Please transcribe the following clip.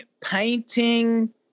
painting